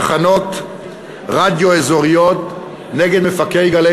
כמה תחנות רדיו אזוריות נגד מפקד "גלי